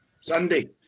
Sunday